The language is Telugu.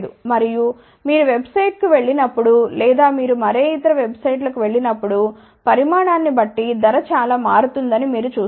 మరియు మీరు వెబ్సైట్కు వెళ్ళినప్పుడు లేదా మీరు మరే ఇతర వెబ్సైట్కు వెళ్ళినప్పుడు పరిమాణాన్ని బట్టి ధర చాలా మారుతుందని మీరు చూస్తారు